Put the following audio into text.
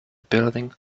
building